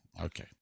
Okay